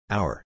Hour